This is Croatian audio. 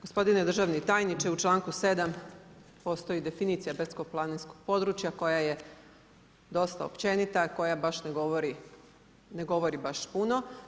Gospodine državni tajniče u članku 7. postoji definicija brdsko planinskog područja koja je dosta općenita, koja baš ne govori puno.